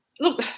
Look